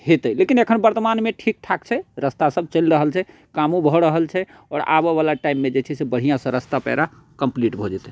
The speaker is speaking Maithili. हेतै लेकिन एखन वर्तमानमे ठीक ठाक छै रस्ता सब चलि रहल छै कामो भऽ रहल छै आओर आबऽवला टाइममे जे छै से बढ़िआँसँ रस्ता पेरा कम्प्लीट भऽ जेतै